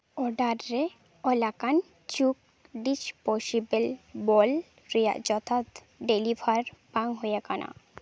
order ᱨᱮ ᱚᱞ ᱟᱠᱟᱱ ᱪᱩᱠ ᱰᱤᱥᱯᱚᱥᱤᱵᱮᱞ ᱵᱚᱞ ᱨᱮᱭᱟᱜ ᱡᱚᱛᱷᱟᱛ ᱰᱮᱞᱤᱵᱷᱟᱨ ᱵᱟᱝ ᱦᱩᱭ ᱟᱠᱟᱱᱟ